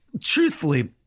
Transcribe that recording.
truthfully